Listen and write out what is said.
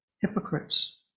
hypocrites